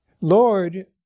Lord